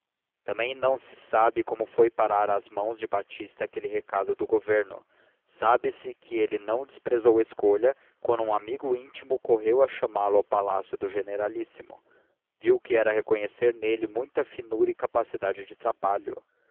também não se sabe como foi parar às mãos de batista aquele recado do governo sabe-se que ele não desprezou a escolha quando um amigo íntimo correu a chamá-lo ao palácio do generalíssimo viu que era reconhecer nele muita finura e capacidade de trabalho